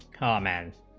comment